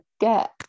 get